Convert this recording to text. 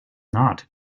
not